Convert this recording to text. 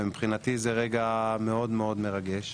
מבחינתי זה רגע מאוד מרגש,